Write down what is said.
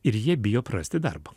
ir jie bijo prarasti darbo